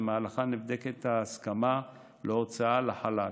ובמהלכה נבדקת ההסכמה להוצאה לחל"ת,